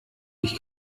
ich